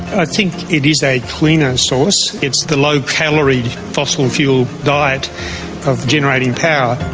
i think it is a cleaner source it's the low-calorie fossil and fuel diet of generating power.